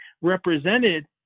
represented